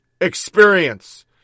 experience